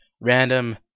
random